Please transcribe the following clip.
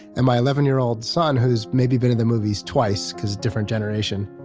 and my eleven year old son whose maybe been to the movies twice, because different generation,